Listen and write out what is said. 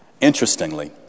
Interestingly